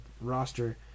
roster